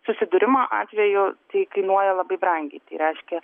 susidūrimo atveju tai kainuoja labai brangiai tai reiškia